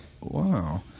wow